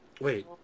wait